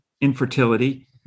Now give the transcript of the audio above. infertility